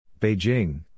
Beijing